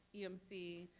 emc,